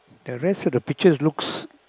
the rest of the picture looks